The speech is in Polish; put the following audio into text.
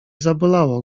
zabolało